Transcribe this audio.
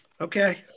Okay